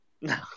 No